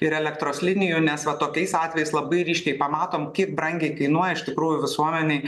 ir elektros linijų nes va tokiais atvejais labai ryškiai pamatom kaip brangiai kainuoja iš tikrųjų visuomenei